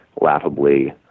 laughably